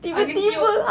angin tiup